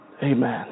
Amen